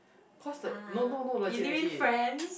cause the no no no legit legit